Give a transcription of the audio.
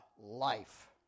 life